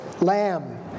lamb